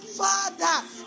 Father